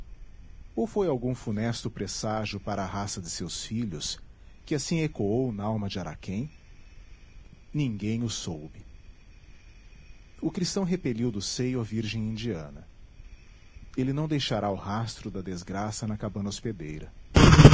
ou foi algum funesto presságio para a raça de seus filhos que assim ecoou nalma de araquém ninguém o soube o cristão repeliu do seio a virgem indiana ele não deixará o rastro da desgraça na cabana hospedeira